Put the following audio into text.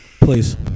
Please